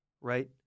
right